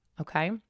Okay